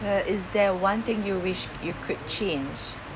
uh is there one thing you wish you could change